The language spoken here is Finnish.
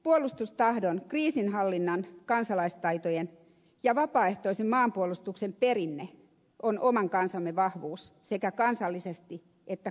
puolustustahdon kriisinhallinnan kansalaistaitojen ja vapaaehtoisen maanpuolustuksen perinne on oman kansamme vahvuus sekä kansallisesti että kansainvälisesti